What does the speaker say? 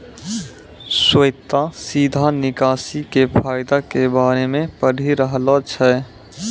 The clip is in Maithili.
श्वेता सीधा निकासी के फायदा के बारे मे पढ़ि रहलो छै